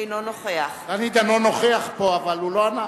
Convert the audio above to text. אינו נוכח דני דנון נוכח פה אבל הוא לא ענה.